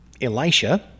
Elisha